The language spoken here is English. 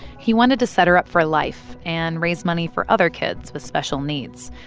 he wanted to set her up for life and raise money for other kids with special needs.